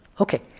Okay